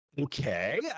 okay